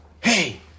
Hey